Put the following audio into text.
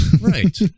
Right